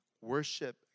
worship